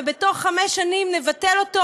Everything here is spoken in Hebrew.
ובתוך חמש שנים נבטל אותו,